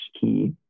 key